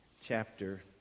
chapter